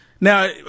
Now